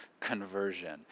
conversion